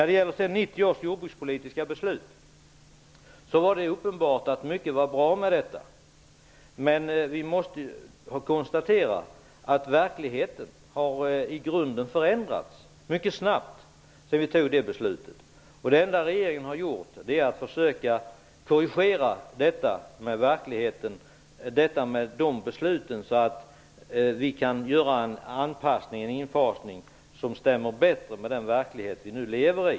Det är uppenbart att mycket var bra med 1990 års jordbrukspolitiska beslut. Men vi måste konstatera att verkligheten i grunden har förändrats mycket snabbt sedan vi fattade det. Det enda regeringen har gjort är att försöka korrigera de besluten, så att vi kan göra en infasning som stämmer bättre med den verklighet som vi nu lever i.